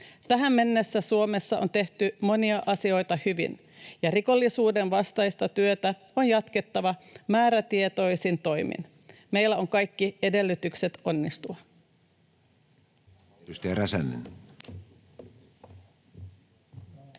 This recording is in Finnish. Tähän mennessä Suomessa on tehty monia asioita hyvin, ja rikollisuuden vastaista työtä on jatkettava määrätietoisin toimin. Meillä on kaikki edellytykset onnistua.